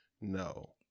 No